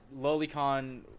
lolicon